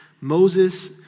Moses